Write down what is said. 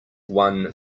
one